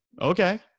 Okay